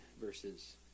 verses